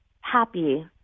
happy